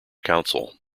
council